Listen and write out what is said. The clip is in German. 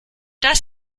das